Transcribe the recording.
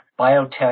biotech